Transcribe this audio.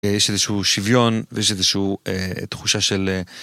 ויש איזשהו שוויון ויש איזשהו אה תחושה של אה